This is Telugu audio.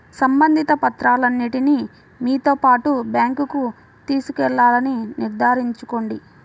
సంబంధిత పత్రాలన్నింటిని మీతో పాటు బ్యాంకుకు తీసుకెళ్లాలని నిర్ధారించుకోండి